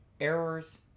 errors